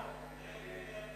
בקריאה טרומית?